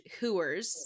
hooers